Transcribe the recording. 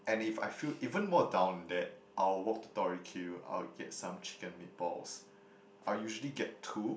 and if I feel even more down then I would walk to Tori Q I would get some chicken meat balls I'll usually get two